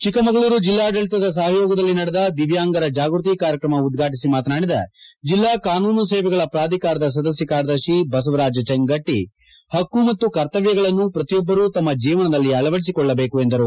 ಚಿಕ್ಕಮಗಳೂರು ಜಿಲ್ಲಾಡಳಿತ ಸಹಯೋಗದಲ್ಲಿ ನಡೆದ ದಿವ್ಕಾಂಗರ ಜಾಗೃತಿ ಕಾರ್ಯಕ್ರಮ ಉದ್ಘಾಟಿಸಿ ಮಾತನಾಡಿದ ಜೆಲ್ಲಾ ಕಾನೂನು ಸೇವೆಗಳ ಪ್ರಾಧಿಕಾರದ ಸದಸ್ಯ ಕಾರ್ಯದರ್ಶಿ ಬಸವರಾಜ್ ಚೇಂಗಟಿ ಹಕ್ಕು ಮತ್ತು ಕರ್ತವ್ಯಗಳನ್ನು ಪ್ರತಿಯೊಬ್ಬರೂ ತಮ್ಮ ಜೀವನದಲ್ಲಿ ಅಳವಡಿಸಿಕೊಳ್ಳಬೇಕು ಎಂದರು